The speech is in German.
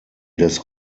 des